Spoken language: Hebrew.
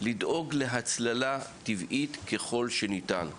לדאוג להצללה טבעית ככל שניתן.